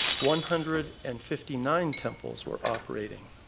one hundred and fifty nine temples were operating,